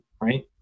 right